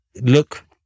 look